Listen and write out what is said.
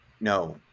no